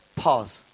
pause